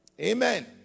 Amen